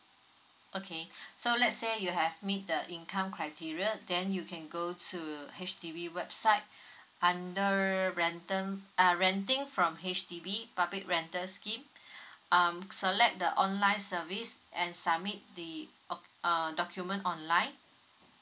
okay so let's say you have meet the income criteria then you can go to H_D_B website under rental uh renting from H_D_B but public rental scheme um select the online service and submit the o~ uh document online